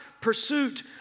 pursuit